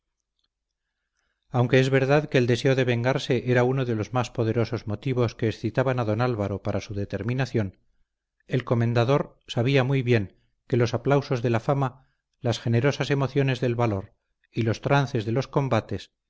aunque es verdad que el deseo de vengarse era uno de los más poderosos motivos que excitaban a don álvaro para su determinación el comendador sabía muy bien que los aplausos de la fama las generosas emociones del valor y los trances de los combates